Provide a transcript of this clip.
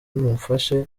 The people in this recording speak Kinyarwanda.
mumfashe